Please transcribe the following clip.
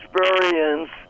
experience